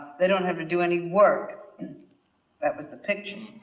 they don't have to do any work and that was the picture.